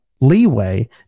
leeway